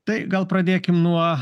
tai gal pradėkim nuo